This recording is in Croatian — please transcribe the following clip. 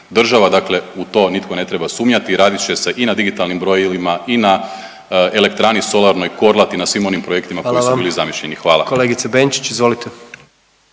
država. Dakle, u to nitko ne treba sumnjati. Radit će se i na digitalnim brojilima i na elektrani solarnoj Korlati, na svim onim projektima koji su …/Upadica: Hvala vam./… bili zamišljeni.